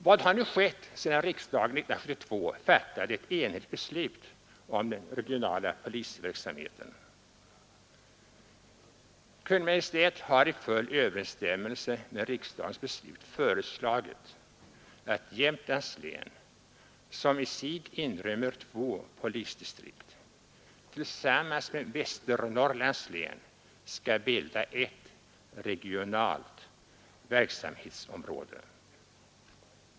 Vad har nu skett sedan riksdagen år 1972 fattade ett enhälligt beslut om den regionala polisverksamheten? Kungl. Maj:t har i full överensstämmelse med riksdagens beslut föreslagit att Jämtlands län, som i sig inrymmer två polisdistrikt, tillsammans med Västernorrlands län skall bilda ett regionalt verksamhetsområde.